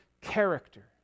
character